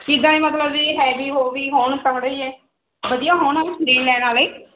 ਸੀ ਮਤਲਬ ਜੀ ਹੈਵੀ ਹੋਣ ਥੋੜੇ ਜਿਹੇ ਵਧੀਆ ਹੋਣ ਆਵੇ ਵੀ ਲੈਣ ਆਲੇ